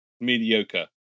mediocre